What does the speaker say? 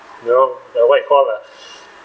you know the what you call uh